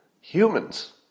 Humans